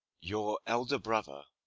your elder brother,